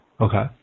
Okay